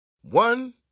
One